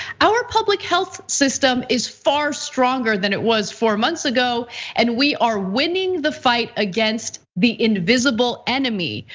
our public health system is far stronger than it was four months ago and we are winning the fight against the invisible enemy.